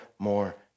More